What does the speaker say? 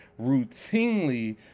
routinely